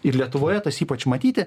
ir lietuvoje tas ypač matyti